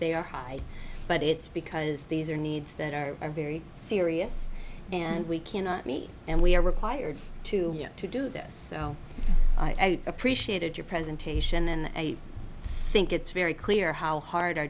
they are high but it's because these are needs that are very serious and we cannot meet and we are required to do this i appreciated your presentation and i think it's very clear how hard our